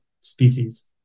species